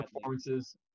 performances